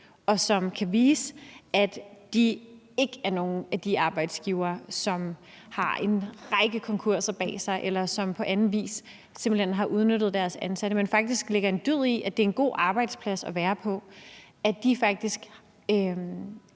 og som kan vise, at de ikke er blandt de arbejdsgivere, som har en række konkurser bag sig, eller som på anden vis simpelt hen har udnyttet deres ansatte, men som faktisk gør det til en dyd, at det er en god arbejdsplads at være på, sådan at